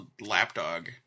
lapdog